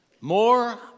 More